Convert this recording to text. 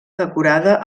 decorada